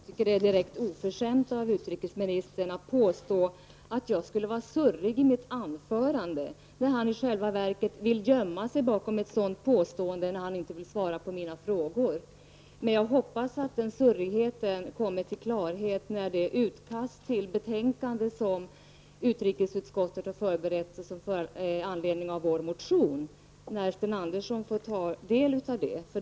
Herr talman! Jag tycker att det är direkt oförskämt av utrikesministern att påstå att jag skulle vara surrig i mitt anförande. I själva verket vill utrikesministern gömma sig bakom ett sådant påstående när han inte vill svara på mina frågor. Men jag hoppas att det utkast till betänkande som utrikesutskottet har förberett med anledning av vår motion skall ge utrikesministern klarhet.